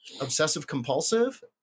obsessive-compulsive